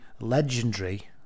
legendary